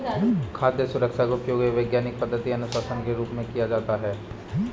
खाद्य सुरक्षा का उपयोग एक वैज्ञानिक पद्धति अनुशासन के रूप में किया जाता है